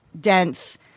dense